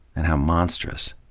and how monstrous?